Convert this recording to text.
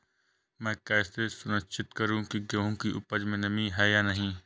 मैं कैसे सुनिश्चित करूँ की गेहूँ की उपज में नमी है या नहीं?